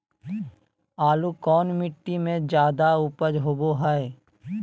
आलू कौन मिट्टी में जादा ऊपज होबो हाय?